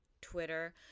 Twitter